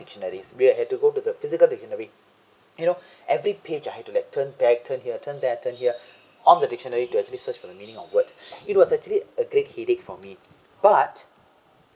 dictionaries we had to go to the physical dictionary you know every page I had to like turn back turn here turn there turn here on the dictionary to actually search for the meaning of word it was actually a great headache for me but